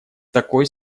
такой